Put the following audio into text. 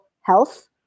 health